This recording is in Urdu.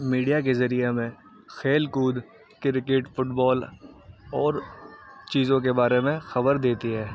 میڈیا کے ذریعے ہمیں کھیل کود کرکٹ فٹ بال اور چیزوں کے بارے میں خبر دیتی ہے